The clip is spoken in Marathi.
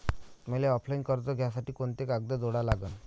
मले ऑफलाईन कर्ज घ्यासाठी कोंते कागद जोडा लागन?